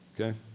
Okay